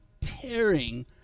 tearing